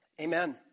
Amen